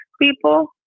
people